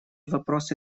вопросы